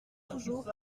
toujours